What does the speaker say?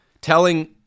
telling